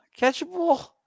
Catchable